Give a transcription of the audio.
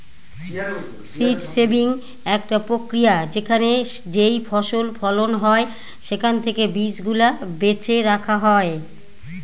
seed saving একটা প্রক্রিয়া যেখানে যেইফসল ফলন হয় সেখান থেকে বীজ গুলা বেছে রাখা হয়